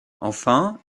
enfin